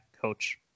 coach